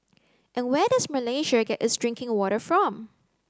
and where does Malaysia get its drinking water from